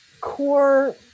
core